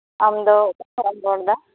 ᱟᱢᱫᱚ ᱨᱚᱲ ᱮᱫᱟ